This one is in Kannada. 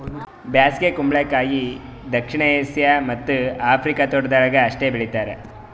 ಬ್ಯಾಸಗಿ ಕುಂಬಳಕಾಯಿ ದಕ್ಷಿಣ ಏಷ್ಯಾ ಮತ್ತ್ ಆಫ್ರಿಕಾದ ತೋಟಗೊಳ್ದಾಗ್ ಅಷ್ಟೆ ಬೆಳುಸ್ತಾರ್